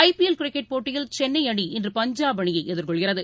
IPL cricket போட்டியில் சென்னைஅணி இன்று பஞ்சாப் அணியைஎதிர்கொள்கிறது